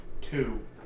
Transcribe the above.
two